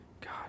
God